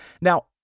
Now